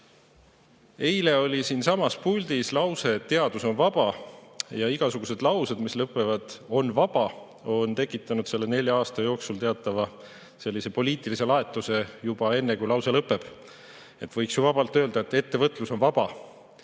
Eile oli siinsamas puldis lause, et teadus on vaba. Aga igasugused laused, mis lõpevad "on vaba", on tekitanud selle nelja aasta jooksul teatava poliitilise laetuse juba enne, kui lause lõpeb. Võiks ju vabalt öelda, et ettevõtlus on vaba,